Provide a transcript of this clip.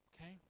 okay